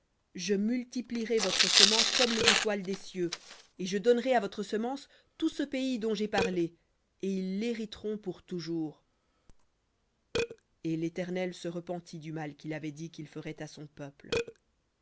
je multiplierai votre semence comme les étoiles des cieux et je donnerai à votre semence tout ce pays dont j'ai parlé et ils l'hériteront pour toujours et l'éternel se repentit du mal qu'il avait dit qu'il ferait à son peuple